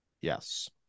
Yes